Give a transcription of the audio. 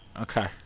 okay